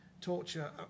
torture